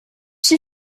she